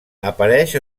apareix